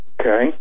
Okay